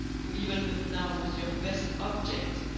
who even but now was your best object,